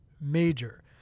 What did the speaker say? major